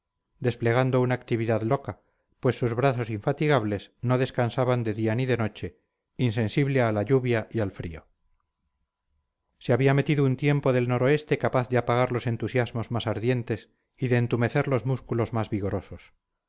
desplegando una actividad loca pues sus brazos infatigables no descansaban de día ni de noche insensible a la lluvia y al frío se había metido un tiempo del noroeste capaz de apagar los entusiasmos más ardientes y de entumecer los músculos más vigorosos